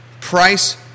price